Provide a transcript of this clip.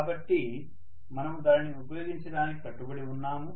కాబట్టి మనము దానిని ఉపయోగించడానికి కట్టుబడి ఉన్నాము